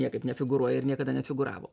niekaip nefigūruoja ir niekada nefigūravo